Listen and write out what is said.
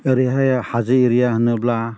ओरैहाय हाजो एरिया होनोब्ला